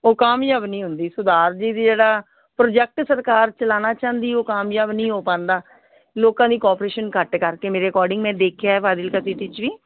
ਉਹ ਕਾਮਯਾਬ ਨਹੀਂ ਹੁੰਦੀ ਸੁਧਾਰ ਦਾ ਵੀ ਜਿਹੜਾ ਪ੍ਰੋਜੈਕਟ ਸਰਕਾਰ ਚਲਾਉਣਾ ਚਾਹੁੰਦੀ ਉਹ ਕਾਮਯਾਬ ਨਹੀਂ ਹੋ ਪਾਉਂਦਾ ਲੋਕਾਂ ਦੀ ਕੋਪਰੇਸ਼ਨ ਘੱਟ ਕਰਕੇ ਮੇਰੇ ਅਕੋਰਡਿੰਗ ਮੈਂ ਦੇਖਿਆ ਫਾਜ਼ਿਲਕਾ ਸਿਟੀ 'ਚ ਵੀ